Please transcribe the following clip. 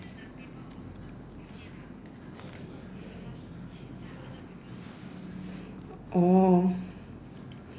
oh